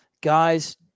guys